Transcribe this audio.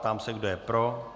Ptám se, kdo je pro.